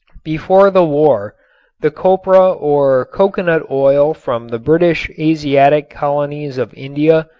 before the war the copra or coconut oil from the british asiatic colonies of india,